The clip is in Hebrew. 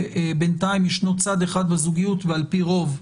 ובינתיים ישנו צד אחד בזוגיות ועל פי רוב,